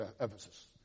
Ephesus